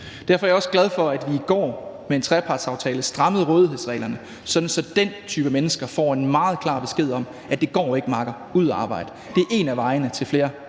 Derfor er jeg også glad for, at vi i går med en trepartsaftale strammede rådighedsreglerne, så den type mennesker får en meget klar besked: Det går ikke, makker; du skal ud at arbejde. Det er en af vejene til flere